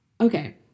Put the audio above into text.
Okay